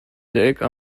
lake